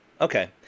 okay